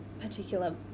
particular